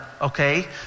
Okay